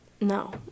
No